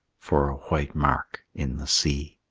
for a white mark in the sea.